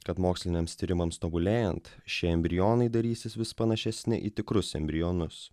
kad moksliniams tyrimams tobulėjant šie embrionai darysis vis panašesni į tikrus embrionus